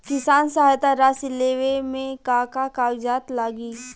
किसान सहायता राशि लेवे में का का कागजात लागी?